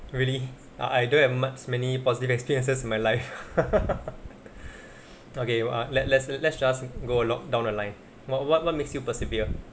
really I I don't have much many positive experiences in my life okay let let's let's just go a lot down the line what what what makes you persevere